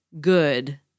good